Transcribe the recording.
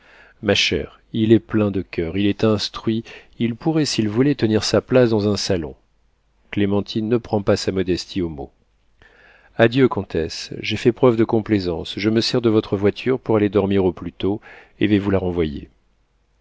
ma chère il est plein de coeur il est instruit il pourrait s'il voulait tenir sa place dans un salon clémentine ne prends pas sa modestie au mot adieu comtesse j'ai fait preuve de complaisance je me sers de votre voiture pour aller dormir au plus tôt et vais vous la renvoyer